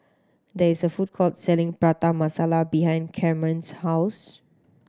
there is a food court selling Prata Masala behind Carmen's house